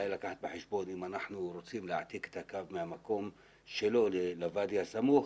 אם אנחנו רוצים להעתיק את הקו מהמקום שלו לוואדי הסמוך,